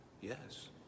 Yes